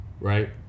right